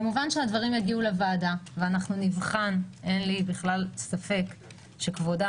כמובן שהדברים יגיעו לוועדה ואנחנו נבחן אין לי בכלל ספק שכבודה